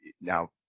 now